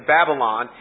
Babylon